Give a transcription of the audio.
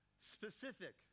specific